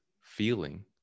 feeling